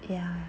ya